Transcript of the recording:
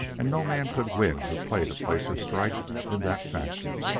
and no man could win who played a placer strike in that fashion.